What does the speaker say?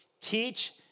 Teach